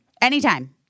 anytime